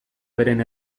beren